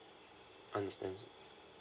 understand